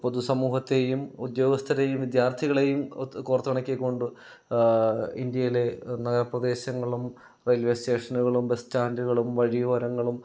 പൊതുസമൂഹത്തെയും ഉദ്യോഗസ്ഥരെയും വിദ്യാർത്ഥികളെയും ഒത്ത് കോർത്തിണക്കിക്കൊണ്ട് ഇന്ത്യയിലെ നഗരപ്രദേശങ്ങളും റെയിൽവേ സ്റ്റേഷനുകളും ബസ്റ്റാൻഡുകളും വഴിയോരങ്ങളും